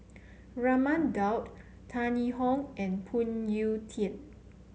Raman Daud Tan Yee Hong and Phoon Yew Tien